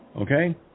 Okay